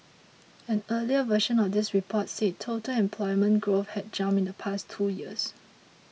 an earlier version of this report said total employment growth had jumped in the past two years